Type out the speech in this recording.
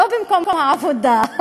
לא במקומות עבודה.